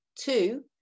Two